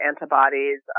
antibodies